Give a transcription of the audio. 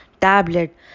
tablet